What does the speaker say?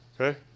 okay